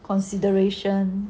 consideration